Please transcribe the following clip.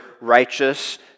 righteous